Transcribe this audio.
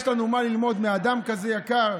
יש לנו מה ללמוד מאדם כזה יקר,